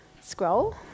scroll